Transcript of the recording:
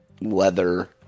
leather